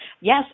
Yes